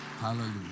Hallelujah